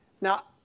Now